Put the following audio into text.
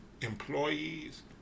employees